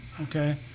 Okay